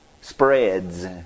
spreads